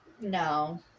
No